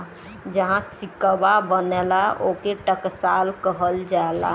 जहाँ सिक्कवा बनला, ओके टकसाल कहल जाला